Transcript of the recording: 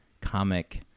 comic